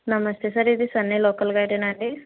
నమస్తే సార్ ఇది సన్నీ లోకల్ గైడేనండి